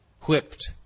whipped